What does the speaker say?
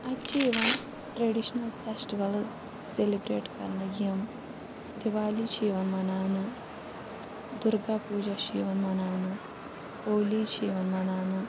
اتہِ چھِ یِوان ٹرٛیڈِشنل فیسٹِولٕز سیلِبرٛیٹ کَرنہٕ یِم دِوالی چھِ یِوان مَناونہٕ دُرگا پوٗجا چھِ یِوان مَناونہٕ ہولی چھِ یِوان مناونہٕ